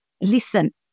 listen